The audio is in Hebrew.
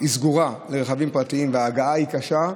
סגורה לרכבים פרטיים וההגעה היא קשה,